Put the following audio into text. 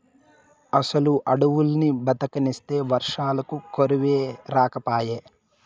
అసలు అడవుల్ని బతకనిస్తే వర్షాలకు కరువే రాకపాయే